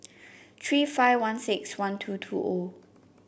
three five one six one two two O